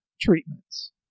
treatments